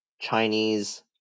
Chinese